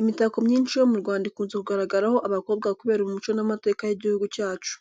Imitako myinshi yo mu Rwanda ikunze kugaragaraho abakobwa kubera umuco n’amateka y’igihugu cyacu.